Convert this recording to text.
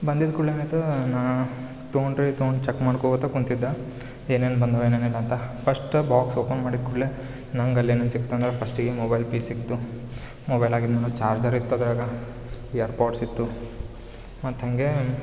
ಬಂದಿದ್ದು ಕೂಡಲೆ ಏನಾಯ್ತು ನಾ ತಗೊಂಡ್ರಿ ತಗೋಂಡ್ ಚೆಕ್ ಮಾಡ್ಕೋತ ಕುಂತಿದ್ದೆ ಏನೇನು ಬಂದಾವ ಏನೇನು ಇಲ್ಲ ಅಂತ ಫಸ್ಟ್ ಬಾಕ್ಸ್ ಓಪನ್ ಮಾಡಿದ ಕೂಡಲೆ ನಂಗಲ್ಲೇನು ಅನ್ಸಿತ್ತು ಅಂದ್ರೆ ಫಸ್ಟಿಗೆ ಮೊಬೈಲ್ ಪೀಸ್ ಸಿಕ್ತು ಮೊಬೈಲ್ ಆಗಿದ್ಮೇಲೆ ಚಾರ್ಜರ್ ಇತ್ತು ಅದ್ರಾಗ ಇಯರ್ ಪಾಡ್ಸ್ ಇತ್ತು ಮತ್ತು ಹಂಗೇ